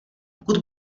pokud